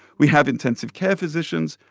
we have intensive care physicians.